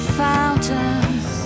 fountains